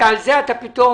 שעל זה אתה פתאום,